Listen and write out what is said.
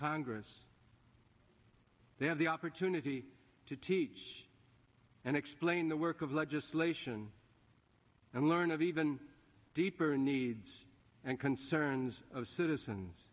congress they have the opportunity to teach and explain the work of legislation and learn of even deeper needs and concerns of citizens